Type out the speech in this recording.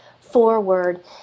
forward